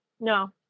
No